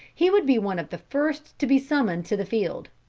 he would be one of the first to be summoned to the field.